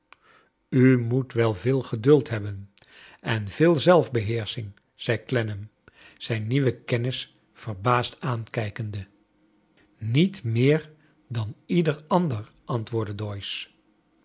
tj moet wel veel geduld hebben en veel zelfbeheersching zei clennam zijn nieuwen kermis verbaasd aankijkende niet meer dan ieder ander antwoordde